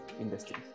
industry